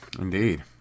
Indeed